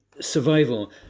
survival